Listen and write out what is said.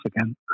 again